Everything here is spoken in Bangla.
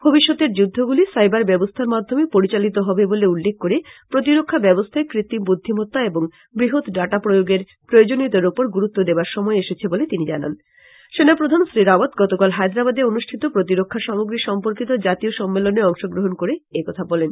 ভবিষ্যতের যুদ্ধগুলি সাইবার ব্যবস্থার মাধ্যমে পরিচালিত হবে বলে উল্লেখ করে প্রতিরক্ষা ব্যবস্থায় কৃত্রিম বুদ্ধিমত্তা এবং বৃহৎ ডাটা প্রয়োগের প্রয়োজনীয়তার ওপর গুরুত্ব দেবার সময় এসেছে বলে তিনি জানান সেনাপ্রধান শ্রী রাওয়াত গতকাল হায়দ্রাবাদে অনুষ্ঠিত প্রতিরক্ষা সামগ্রী সম্পর্কীত জাতীয় সম্মেলনে অংশগ্রহণ করে একথা বলেন